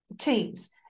teams